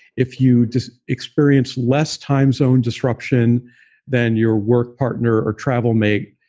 if you just experience less time zone disruption than your work partner or travel mate,